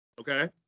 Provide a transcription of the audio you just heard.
Okay